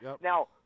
Now